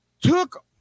took